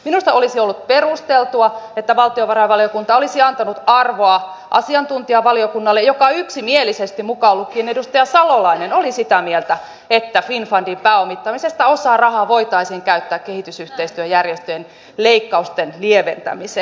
minusta olisi ollut perusteltua että valtiovarainvaliokunta olisi antanut arvoa asiantuntijavaliokunnalle joka yksimielisesti mukaan lukien edustaja salolainen oli sitä mieltä että osa finnfundin pääomittamisen rahoista voitaisiin käyttää kehitysyhteistyöjärjestöjen leikkausten lieventämiseen